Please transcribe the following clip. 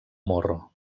morro